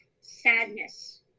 sadness